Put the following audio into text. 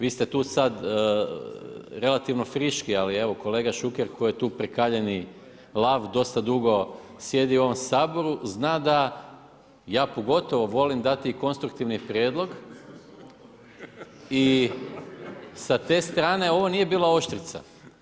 Vi ste tu sad relativno friški, ali evo, kolega Šuker koji je tu prekaljeni lav dosta dugo sjedi u ovom Saboru, zna da ja pogotovo volim dati konstruktivni prijedlog i sa te strane ovo nije bila oštrica.